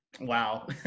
Wow